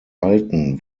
alten